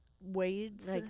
wades